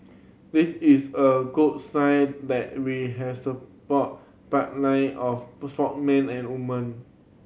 this is a good sign that we has a pipeline of and woman